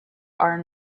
are